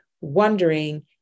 wondering